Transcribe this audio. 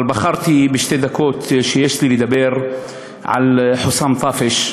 אבל בחרתי בשתי הדקות שיש לי לדבר על חוסאם טאפש,